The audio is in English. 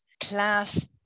class